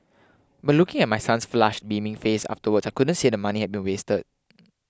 but looking at my son's flushed beaming face afterwards I couldn't say the money had been wasted